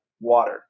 water